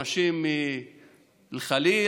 אנשים מאל-ח'ליל,